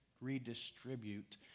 redistribute